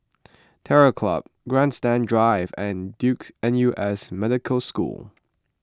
Terror Club Grandstand Drive and Duke N U S Medical School